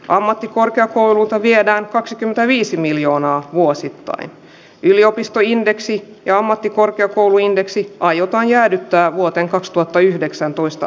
ammattikorkeakoululta viedään kaksikymmentäviisi miljoonaa vuosittain yliopiston indeksi ja ammattikorkeakoulu indeksi aiotaan jäädyttää vuoteen kaksituhattayhdeksäntoista